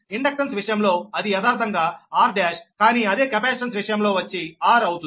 inductance విషయంలో అది యదార్థంగా r1 కానీ అదే కెపాసిటెన్స్ విషయంలో వచ్చి r అవుతుంది